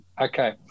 Okay